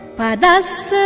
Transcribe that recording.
Padas